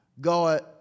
God